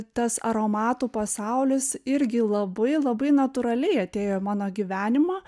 tas aromatų pasaulis irgi labai labai natūraliai atėjo į mano gyvenimą